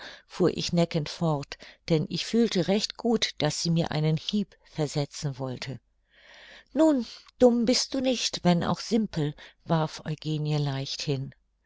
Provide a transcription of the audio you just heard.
fuhr ich neckend fort denn ich fühlte recht gut daß sie mir einen hieb versetzen wollte nun dumm bist du nicht wenn auch simpel warf eugenie leicht hin